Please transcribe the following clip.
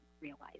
realize